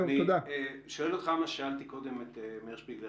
אני שואל אותך מה ששאלתי קודם את מאיר שפיגלר.